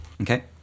okay